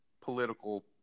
political